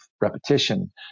repetition